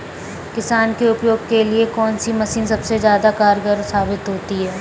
किसान के उपयोग के लिए कौन सी मशीन सबसे ज्यादा कारगर साबित होती है?